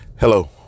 Hello